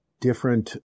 different